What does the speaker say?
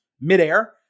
midair